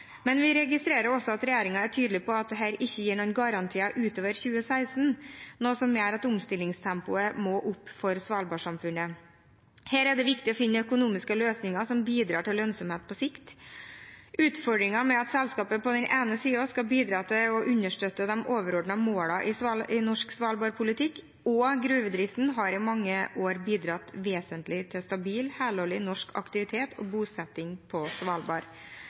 Men vi registrerer også at regjeringen er tydelig på at dette ikke gir noen garantier utover 2016, noe som gjør at omstillingstempoet må opp for svalbardsamfunnet. Her er det viktig å finne økonomiske løsninger som bidrar til lønnsomhet på sikt. Utfordringen med at selskapet på den ene siden skal bidra til å understøtte de overordnede målene i norsk svalbardpolitikk og gruvedriften, har i mange år bidratt vesentlig til stabil, helårig norsk aktivitet og bosetting på Svalbard.